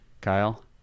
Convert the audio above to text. kyle